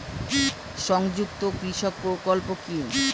সংযুক্ত কৃষক প্রকল্প কি?